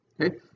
okay